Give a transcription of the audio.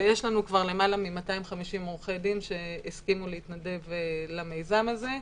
ויש לנו כבר יותר מ-250 עורכי דין שהסכימו להתנדב למיזם הזה.